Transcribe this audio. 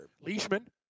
Leishman